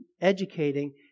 educating